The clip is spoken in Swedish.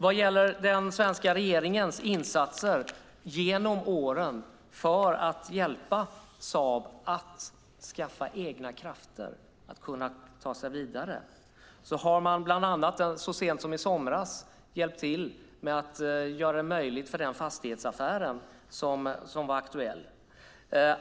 Vad gäller den svenska regeringens insatser genom åren för att hjälpa Saab att skaffa egna krafter, att kunna ta sig vidare, har man bland annat så sent som i somras hjälpt till med att möjliggöra den fastighetsaffär som var aktuell.